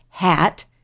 hat